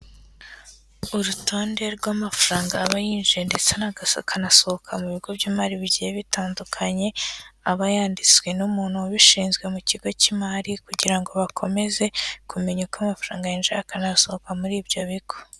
Urutonde rw'amafaranga aba yinjiye ndetse akanasohoka mu bigo by'imari bigiye bitandukanye, aba yanditswe n'umuntu ubishinzwe mu kigo cy'imari kugira ngo bakomeze kumenya uko amafaranga yinjira akanasohoka muri ibyo bigo.